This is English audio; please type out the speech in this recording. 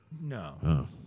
No